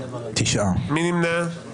מי נמנע?